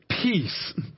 peace